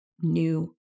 new